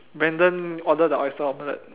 Brandon order the oyster omelette